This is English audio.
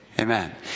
Amen